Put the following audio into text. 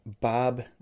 Bob